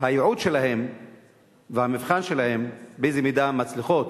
הייעוד שלהן והמבחן שלהן הם באיזו מידה הן מצליחות